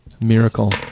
miracle